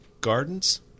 Gardens